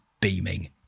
beaming